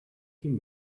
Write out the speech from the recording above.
him